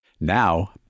Now